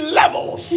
levels